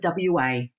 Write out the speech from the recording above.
WA